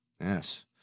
Yes